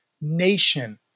nation